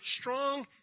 strong